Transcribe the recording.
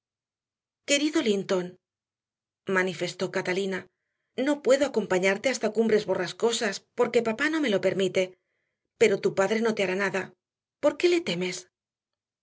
temblar querido linton manifestó catalina no puedo acompañarte hasta cumbres borrascosas porque papá no me lo permite pero tu padre no te hará nada por qué le temes